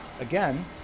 again